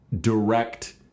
direct